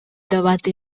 давати